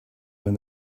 when